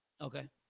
okay